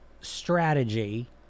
strategy